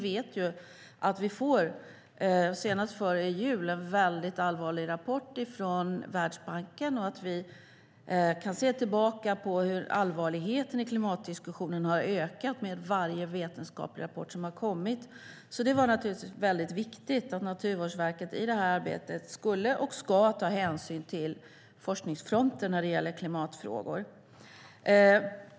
Senast före jul fick vi en väldigt allvarlig rapport från Världsbanken. Och vi kan se tillbaka på hur allvarligheten i klimatdiskussionen har ökat med varje vetenskaplig rapport som har kommit. Därför är det naturligtvis viktigt att Naturvårdsverket i det här arbetet ska ta hänsyn till forskningsfronten när det gäller klimatfrågor.